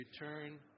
return